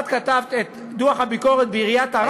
את כתבת את דוח הביקורת בעיריית ערד?